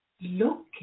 looking